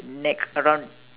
neck around